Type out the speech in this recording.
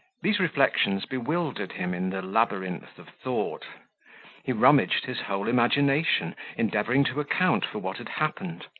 these reflections bewildered him in the labyrinth of thought he rummaged his whole imagination, endeavouring to account for what had happened.